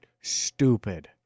stupid